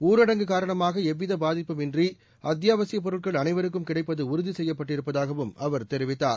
ஊரடங்கு காரணமாக எவ்வித பாதிப்பும் இன்றி அத்தியாவசியப் பொருட்கள் அனைவருக்கும் கிடைப்பது உறுதி செய்யப்பட்டிருப்பதாகவும் அவர் தெரிவித்தார்